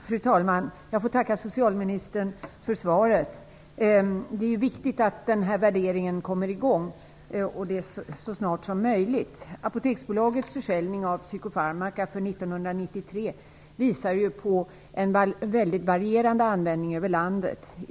Fru talman! Jag får tacka socialministern för svaret. Det är viktigt att värderingen kommer i gång så snart som möjligt. Apoteksbolagets försäljning av psykofarmaka för 1993 visar på en varierad användning över landet.